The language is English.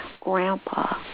Grandpa